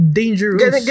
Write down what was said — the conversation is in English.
dangerous